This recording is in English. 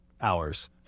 hours